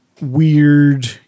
weird